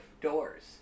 doors